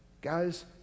Guys